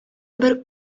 бер